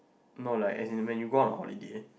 no like as in when you go on a holiday